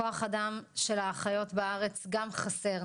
כוח אדם של האחיות בארץ גם חסר,